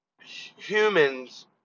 humans